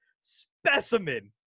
specimen